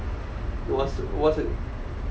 it was was